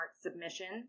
submissions